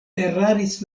eraris